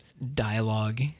dialogue